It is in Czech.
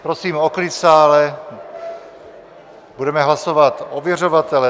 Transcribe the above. Prosím o klid v sále, budeme hlasovat ověřovatele.